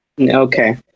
Okay